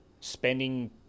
spending